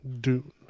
Dune